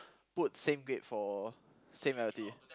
put same grade for same reality